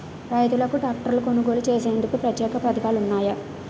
రైతులకు ట్రాక్టర్లు కొనుగోలు చేసేందుకు ప్రత్యేక పథకాలు ఉన్నాయా?